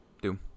Doom